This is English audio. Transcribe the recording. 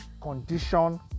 condition